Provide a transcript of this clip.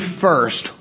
first